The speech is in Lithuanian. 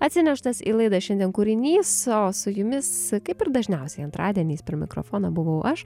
atsineštas į laida šiandien kūrinys o su jumis kaip ir dažniausiai antradieniais per mikrofoną buvau aš